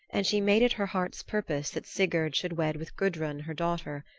and she made it her heart's purpose that sigurd should wed with gudrun, her daughter.